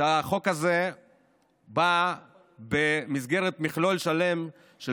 שהחוק הזה בא במסגרת מכלול שלם של